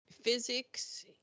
physics